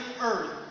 Earth